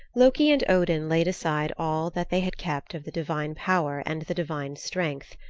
loki and odin laid aside all that they had kept of the divine power and the divine strength.